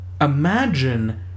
Imagine